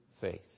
faith